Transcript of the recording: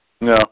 No